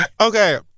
Okay